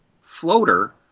floater